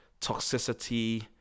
toxicity